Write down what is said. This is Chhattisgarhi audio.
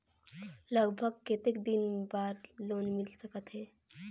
लगभग कतेक दिन बार लोन मिल सकत हे?